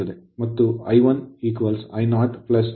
9 Ω resistance ಪ್ರತಿರೋಧ ಮತ್ತು 5